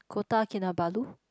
Kota-Kinabalu